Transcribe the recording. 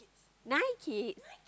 nine kid